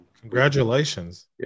Congratulations